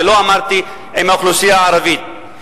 ולא אמרתי "עם האוכלוסייה הערבית",